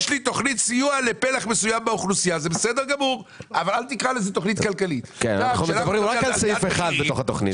מראש אמרנו שזאת לא תכנית כלכלית אבל זה הדבר שסייע לאותן שכבות חלשות.